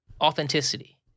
authenticity